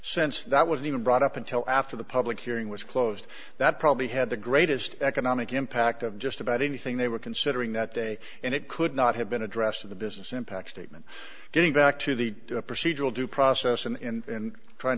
sense that wasn't even brought up until after the public hearing was closed that probably had the greatest economic impact of just about anything they were considering that day and it could not have been addressed in the business impact statement getting back to the procedural due process